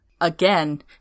again